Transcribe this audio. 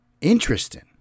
Interesting